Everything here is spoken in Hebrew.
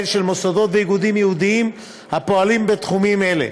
של מוסדות ואיגודים יהודיים הפועלים בתחומים אלו.